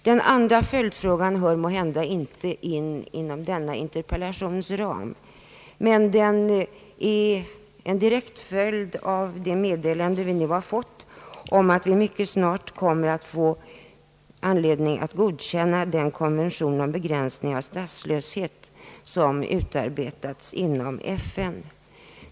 Den andra följdfrågan hör måhända inte hemma inom denna interpellations ram, men den är direkt föranledd av det meddelande som vi nu fått om att vi mycket snart kommer att få tillfälle att godkänna den konvention om begränsning av statslöshet som utarbetats inom FN.